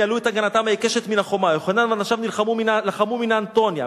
ניהלו את הגנתם העיקשת מן החומה: יוחנן ואנשיו לחמו מן האנטוניה,